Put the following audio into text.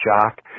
jock